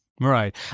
Right